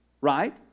Right